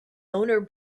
owner